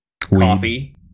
coffee